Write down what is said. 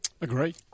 Agree